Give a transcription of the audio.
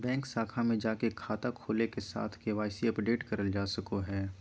bank शाखा में जाके खाता खोले के साथ के.वाई.सी अपडेट करल जा सको हय